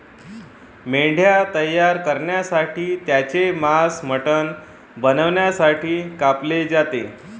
मेंढ्या तयार करण्यासाठी त्यांचे मांस मटण बनवण्यासाठी कापले जाते